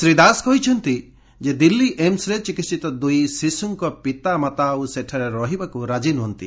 ଶ୍ରୀ ଦାସ କହିଛନ୍ତି ଯେ ଦିଲ୍ଲୀ ଏମ୍ୱରେ ଚିକିସିତ ଦୁଇ ଶିଶୁଙ୍ଙ ପିତା ମାତା ଆଉ ସେଠାରେ ରହିବାକୁ ରାଜି ନୁହନ୍ତି